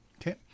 Okay